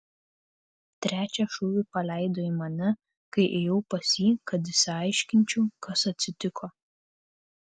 trečią šūvį paleido į mane kai ėjau pas jį kad išsiaiškinčiau kas atsitiko